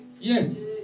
Yes